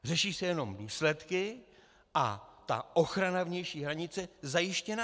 Řeší se jenom důsledky a ta ochrana vnější hranice zajištěna není.